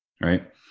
right